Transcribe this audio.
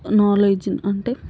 నాలెడ్జ్ని అంటే